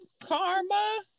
karma